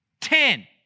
ten